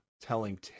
telling